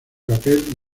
papel